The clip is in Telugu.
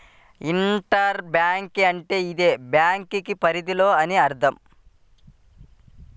ఇంట్రా బ్యాంక్ అంటే అదే బ్యాంకు పరిధిలో అని అర్థం